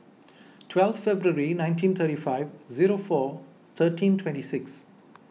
twelve February nineteen thirty five zero four thirteen twenty six